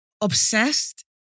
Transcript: Obsessed